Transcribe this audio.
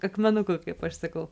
akmenukų kaip aš sakau